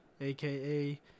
aka